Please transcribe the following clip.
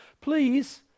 please